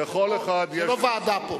זו לא ועדה פה.